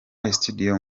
studio